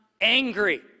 angry